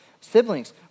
siblings